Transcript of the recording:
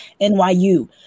NYU